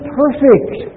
perfect